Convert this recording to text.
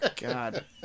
God